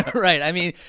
right. i mean,